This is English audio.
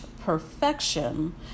perfection